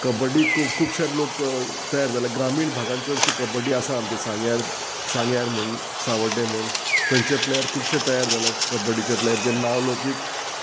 कबड्डी खूब खुबशे लोक तयार जाल्या ग्रामीण भागान चडशी कबड्डी आसा आमचे सांग्यार सांग्यार म्हण सावड्डे म्हूण थंयचे प्लेयर खुबशे तयार जाल्यात कबड्डीचे प्लेयर जे नांव लोकीक